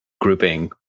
grouping